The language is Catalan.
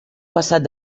passat